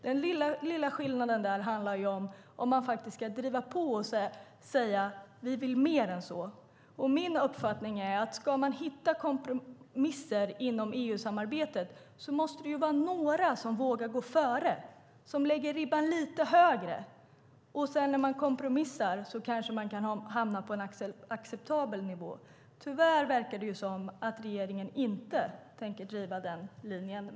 Den lilla skillnaden där handlar om att man faktiskt ska driva på och säga: Vi vill mer än så. Min uppfattning är: Ska man hitta kompromisser inom EU-samarbetet måste det vara några som vågar gå före, som lägger ribban lite högre. Och sedan, när man kompromissar, kan man kanske hamna på en acceptabel nivå. Tyvärr verkar det som att regeringen inte tänker driva den linjen.